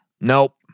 nope